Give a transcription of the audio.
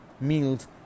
meals